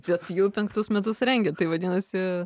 bet jau penktus metus rengiat tai vadinasi